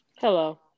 hello